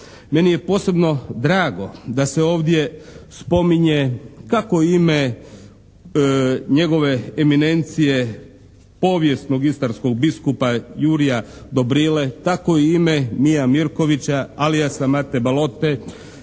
Meni je posebno drago da se ovdje spominje kako ime njegove eminencije, povijesnog istarskog biskupa Jurja Dobrile, tako i ime Mija Mirkovića aliasa Mate Balote,